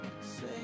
Say